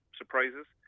surprises